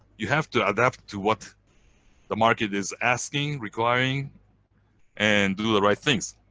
you have to adapt to what the market is asking, requiring and do the right things.